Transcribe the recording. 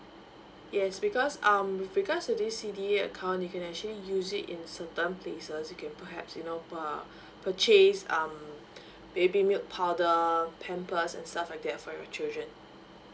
yes because um with regards to this C_D_A account you can actually use it in certain places you can perhaps you know uh purchase um baby milk powder pampers and stuff like that for your children